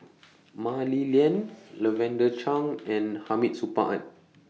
Mah Li Lian Lavender Chang and Hamid Supaat